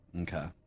okay